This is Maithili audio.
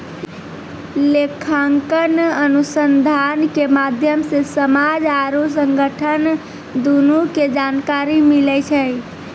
लेखांकन अनुसन्धान के माध्यम से समाज आरु संगठन दुनू के जानकारी मिलै छै